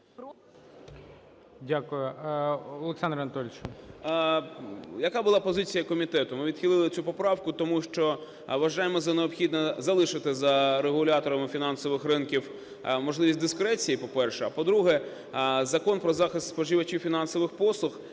Яка була позиція комітету? Ми відхили цю поправку, тому що вважаємо за необхідне залишити за регуляторами фінансових ринків можливість дискреції, по-перше. А, по-друге, Закон про захист споживачів фінансових послуг,